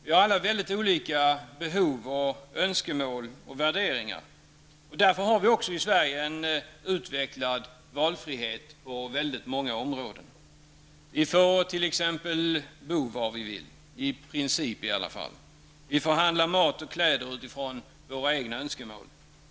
Vi har alla väldigt olika behov, önskemål och värderingar. Därför har vi också i Sverige en utvecklad valfrihet på många områden. Vi får t.ex. bo var vi vill -- i princip i alla fall. Vi får handla mat och kläder utifrån våra egna önskemål.